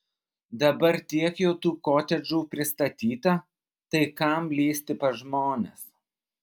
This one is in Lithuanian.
dabar tiek jau tų kotedžų pristatyta tai kam lįsti pas žmones